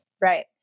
Right